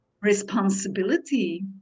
responsibility